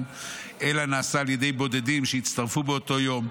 אלא נעשה על ידי בודדים שהצטרפו באותו יום.